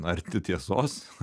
arti tiesos